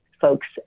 folks